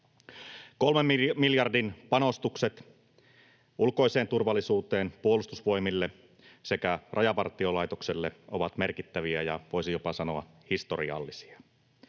Kolmen miljardin panostukset ulkoiseen turvallisuuteen Puolustusvoimille sekä Rajavartiolaitokselle ovat merkittäviä ja voisi jopa sanoa historiallisia.